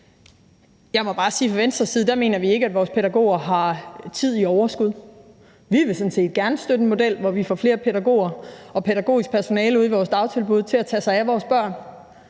fra Venstres side mener vi ikke, at vores pædagoger har tid i overskud. Vi vil sådan set gerne støtte en model, hvor vi får flere pædagoger og mere pædagogisk personale ude i vores dagtilbud til at tage sig af vores børn,